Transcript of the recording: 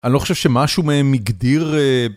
אני לא חושב שמשהו מהם הגדיר